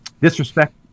disrespect